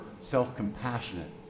self-compassionate